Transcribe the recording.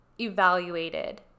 evaluated